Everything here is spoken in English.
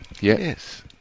Yes